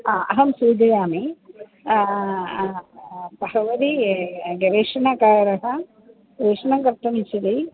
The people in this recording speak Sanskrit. हा अहं सूचयामि भवती गवेषणकारं गवेषणं कर्तुमिच्छति